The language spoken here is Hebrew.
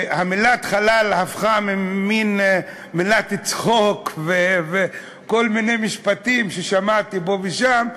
שהמילה חלל הפכה למין מילת צחוק וכל מיני משפטים ששמעתי פה ושם.